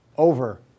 over